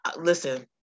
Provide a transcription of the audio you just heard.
Listen